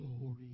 glory